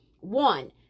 one